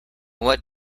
what